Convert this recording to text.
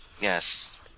Yes